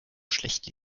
schlecht